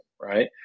Right